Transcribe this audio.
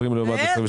20' לעומת 22'?